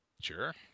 Sure